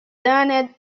damned